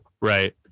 Right